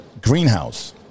Greenhouse